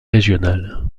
régional